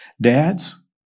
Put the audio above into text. Dads